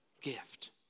gift